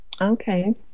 Okay